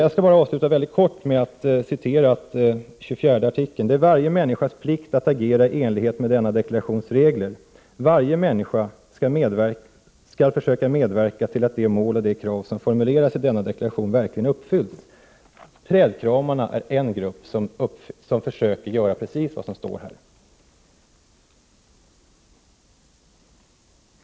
Avslutningsvis vill jag bara helt kort citera artikel 24 i världsmiljödeklarationen: ”Det är varje människas plikt att agera i enlighet med denna deklarations regler --- Varje människa skall försöka medverka till att de mål och de krav som formuleras i denna deklaration verkligen uppfylls.” Trädkramarna är en grupp som försöker göra percis vad som står i denna deklaration.